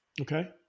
Okay